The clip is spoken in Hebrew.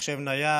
"מחשב נייד",